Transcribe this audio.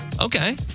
Okay